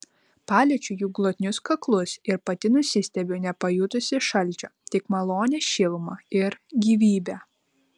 paliečiu jų glotnius kaklus ir pati nusistebiu nepajutusi šalčio tik malonią šilumą ir gyvybę